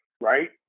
right